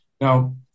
now